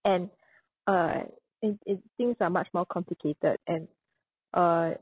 and uh and and things are much more complicated and uh